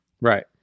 Right